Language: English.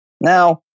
Now